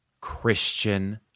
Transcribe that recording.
Christian